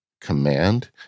Command